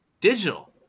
digital